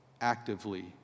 actively